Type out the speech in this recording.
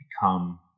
become